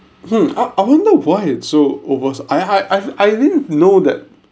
hmm I I wonder why it's so oversub~ I I I didn't know that